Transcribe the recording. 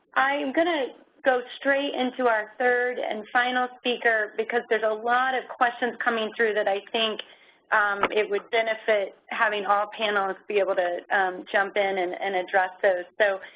i am going to go straight into our third and final speaker, because there is a lot of questions coming through that i think would benefit having all panels be able to jump in and and address those. so,